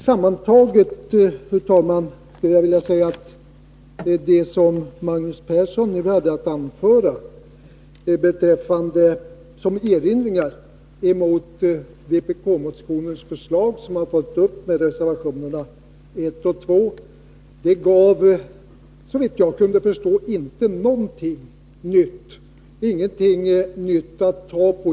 Sammantaget, fru talman, skulle jag vilja säga att det som Magnus Persson nu hade att anföra som erinringar mot vpk-motionens förslag, som vi följt uppi reservationerna 1 och 2, såvitt jag kunde förstå inte gav någonting nytt att ta på.